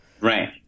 Right